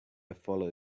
follow